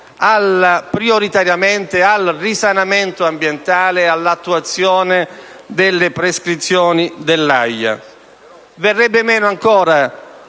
prioritariamente al risanamento ambientale e all'attuazione delle prescrizioni dell'AIA. Verrebbe meno inoltre